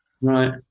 right